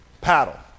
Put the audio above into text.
paddle